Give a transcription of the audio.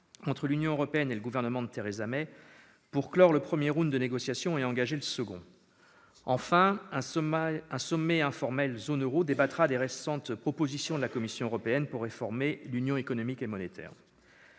entre l'Union européenne et le gouvernement de Theresa May, pour clore le premier round de négociations et engager le second. Enfin, un sommet informel de la zone euro débattra des récentes propositions de la Commission européenne pour réformer l'Union économique et monétaire.